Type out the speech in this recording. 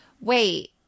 wait